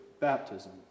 baptism